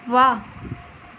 ਵਾਹ